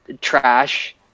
trash